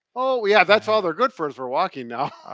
oh yeah that's all they're good for is for walking now.